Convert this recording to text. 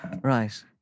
right